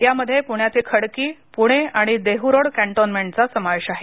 यामध्ये पुण्यातील खडकी पुणे आणि देहूरोड कॅन्टोन्मेंट चा समावेश आहे